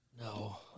No